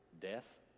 Death